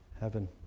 Heaven